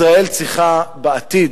ישראל צריכה בעתיד,